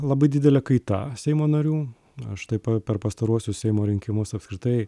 labai didelė kaita seimo narių aš taip per pastaruosius seimo rinkimus apskritai